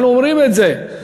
אנחנו אומרים את זה.